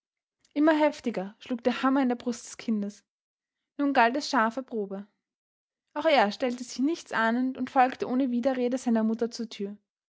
immer heftiger schlug der hammer in der brust des kindes nun galt es scharfe probe auch er stellte sich nichtsahnend und folgte ohne widerrede seiner mutter zur tür